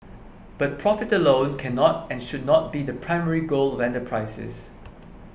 but profit alone cannot and should not be the primary goal of enterprises